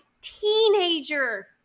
teenager